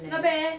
not bad eh